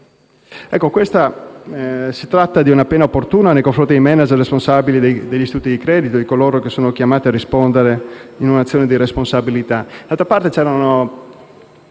Si tratta di una pena opportuna nei confronti dei *manager* responsabili degli istituti di credito e di coloro che sono chiamati a rispondere in un'azione di responsabilità. D'altra parte, l'ipotesi